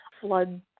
flood